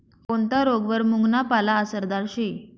कोनता रोगवर मुंगना पाला आसरदार शे